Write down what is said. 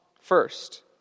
first